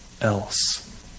else